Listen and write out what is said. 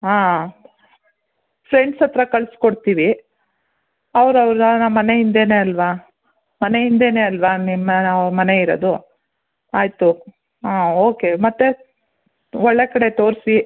ಹಾಂ ಫ್ರೆಂಡ್ಸ್ ಹತ್ರ ಕಳಿಸ್ಕೊಡ್ತೀವಿ ಅವ್ರು ಅವ್ರು ನಮ್ಮ ಮನೆ ಹಿಂದೇನೆ ಅಲ್ವಾ ಮನೆ ಹಿಂದೇನೆ ಅಲ್ವಾ ನಿಮ್ಮ ನಾವು ಮನೆ ಇರೋದು ಆಯಿತು ಹಾಂ ಓಕೆ ಮತ್ತು ಒಳ್ಳೆಯ ಕಡೆ ತೋರಿಸಿ